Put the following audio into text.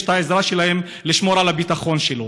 את העזרה שלהם לשמור על הביטחון שלו,